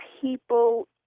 people